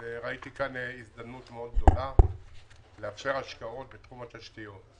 ראיתי כאן הזדמנות מאוד גדולה לאפשר השקעות בתחום התשתיות.